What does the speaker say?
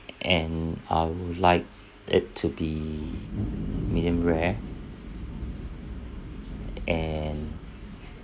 and I would like it to be medium rare and